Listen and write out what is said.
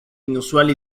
inusual